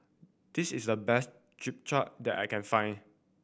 this is the best Japchae that I can find